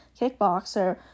kickboxer